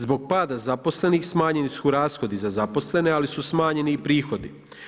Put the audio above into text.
Zbog pada zaposlenih smanjeni su rashodi za zaposlene, ali su smanjeni i prihodi.